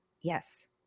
Yes